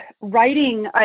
writing